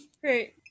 Great